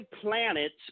planets